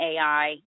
AI